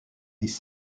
this